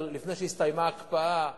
לפני שהסתיימה ההקפאה,